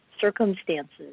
circumstances